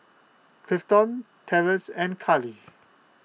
Clifton Terrance and Kallie